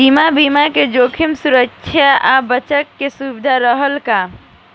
जीवन बीमा में जोखिम सुरक्षा आ बचत के सुविधा रहेला का?